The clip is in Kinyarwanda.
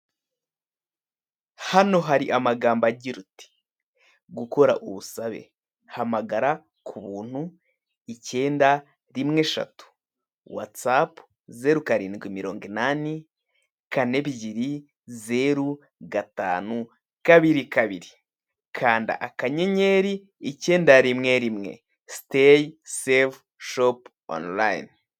Hano hari amagambo agira uti "gukora ubusabe, hamagara ku buntu, icyenda rimwe eshatu. Whatsapp, zeru karindwi mirongo inani, kane ebyiri, zeru gatanu kabiri kabiri. Kanda akanyenyeri, ikenda rimwe rimwe, stay save shop online".